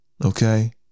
Okay